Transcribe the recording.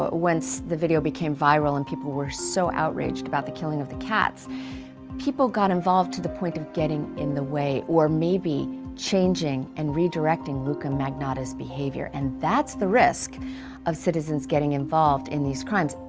but once the video became viral and people were so outraged about the killing of the cats people got involved to the point of getting in the way or maybe changing and redirecting luka magnotta's behavior. and that's the risk of citizens getting involved in these crimes.